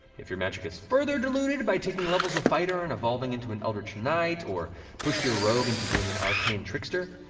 if your magic is further diluted by taking levels of fighter and evolving into an eldritch knight, or pushed your rogue into being an arcane trickster,